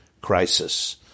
Crisis